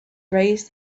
erased